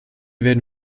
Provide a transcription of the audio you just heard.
werden